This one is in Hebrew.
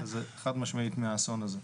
זה חד משמעית מהאסון הזה.